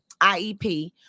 IEP